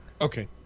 Okay